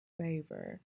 favor